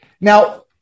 Now